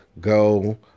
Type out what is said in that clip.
go